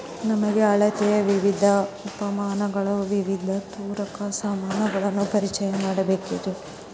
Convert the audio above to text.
ನಮಗೆ ಅಳತೆಯ ವಿವಿಧ ಮಾಪನಗಳನ್ನು ವಿವಿಧ ತೂಕದ ಸಾಮಾನುಗಳನ್ನು ಪರಿಚಯ ಮಾಡಿಕೊಡ್ರಿ?